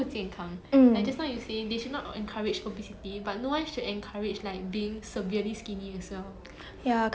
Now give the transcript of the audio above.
ya correct it's like very scary lah and like the the thing is that ya there's a stigma against fat people also